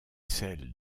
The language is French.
celle